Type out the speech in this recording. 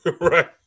Right